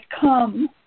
come